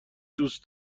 دوست